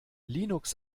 linux